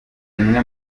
bisabwa